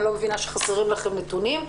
אני לא מבינה שחסרים לכם נתונים.